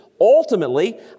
Ultimately